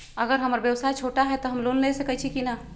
अगर हमर व्यवसाय छोटा है त हम लोन ले सकईछी की न?